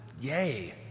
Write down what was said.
yay